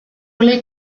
les